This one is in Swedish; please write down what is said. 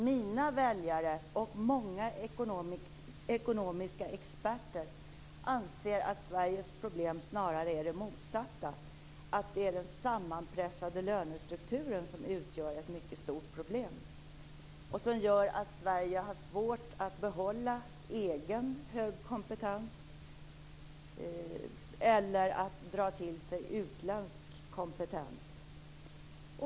Mina väljare och många ekonomiska experter anser att Sveriges problem snarare är motsatsen, nämligen att det är den sammanpressade lönestrukturen som utgör ett mycket stort problem och som gör att Sverige har svårt att behålla egen hög kompetens eller att dra till sig utländsk kompetens.